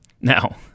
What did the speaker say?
Now